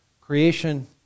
creation